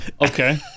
Okay